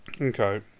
Okay